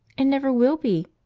and never will be,